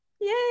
Yay